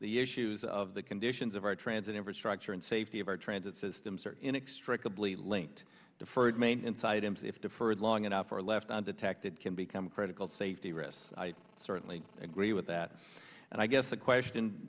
the issues of the conditions of our transit infrastructure and safety of our transit systems are inextricably linked deferred maintenance items if deferred long enough are left undetected can become a critical safety risk i certainly agree with that and i guess the question